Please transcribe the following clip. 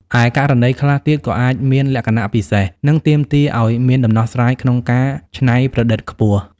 ឯ ករណីខ្លះទៀតក៏អាចមានលក្ខណៈពិសេស និងទាមទារអោយមានដំណោះស្រាយក្នុងការច្នៃប្រឌិតខ្ពស់។